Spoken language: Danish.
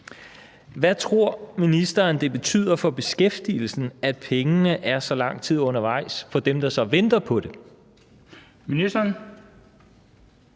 Hvad tror ministeren, det betyder for beskæftigelsen, at pengene er så lang tid undervejs for dem, der så venter på det? Kl.